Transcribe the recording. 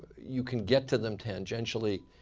you can get to them tangentially